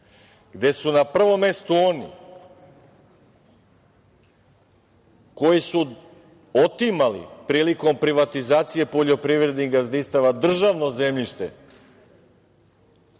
gde su na prvom mestu oni koji su otimali prilikom privatizacije poljoprivrednih gazdinstava državno zemljište,